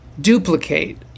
duplicate